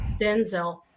Denzel